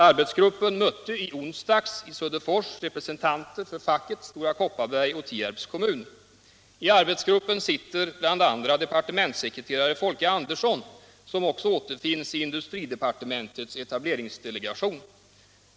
Arbetsgruppen mötte i onsdags i Söderfors representanter för facket, Stora och Tierps kommun. I arbetsgruppen sitter bl.a. departementssekreteraren Folke Andersson, som också återfinns i industridepartementets etableringsdelegation.